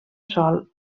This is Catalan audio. sol